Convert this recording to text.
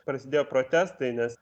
prasidėjo protestai nes